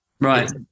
Right